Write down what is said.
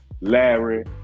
Larry